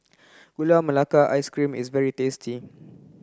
gula melaka ice cream is very tasty